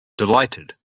delighted